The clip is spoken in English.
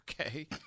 Okay